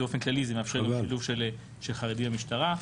באופן כללי זה מאפשר שילוב של חרדים במשטרה.